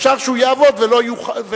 אפשר שהוא יעבוד ולא יאכל.